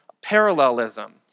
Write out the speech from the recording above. parallelism